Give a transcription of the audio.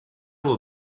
will